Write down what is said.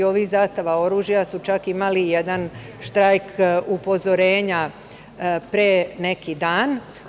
Zastava oružja“ je čak imala i jedan štrajk upozorenja pre neki dan.